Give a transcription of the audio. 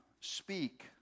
speak